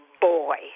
boy